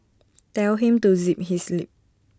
tell him to zip his lip